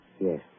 Yes